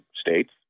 states